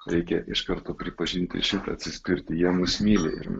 reikia iš karto pripažinti šitą atsispirti jie mus myli ir